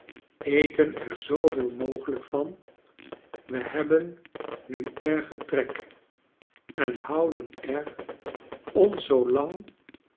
eten er zooveel mogelijk van we hebben nu ergen trek en houden er ons